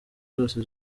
zose